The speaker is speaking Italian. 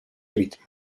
ritmo